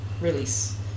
release